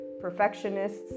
Perfectionists